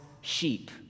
sheep